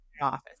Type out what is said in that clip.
office